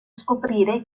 scoprire